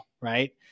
right